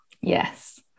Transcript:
Yes